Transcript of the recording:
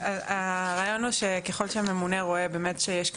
הרעיון הוא שככל שהממונה רואה באמת שיש,